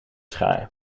schaar